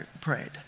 prayed